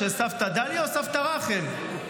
של סבתא דליה או סבתא רחל?